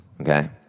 okay